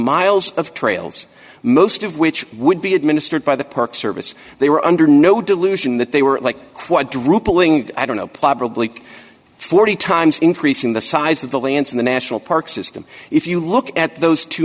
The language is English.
miles of trails most of which would be administered by the park service they were under no delusion that they were like quadrupling i don't know probably forty times increasing the size of the lands in the national park system if you look at those two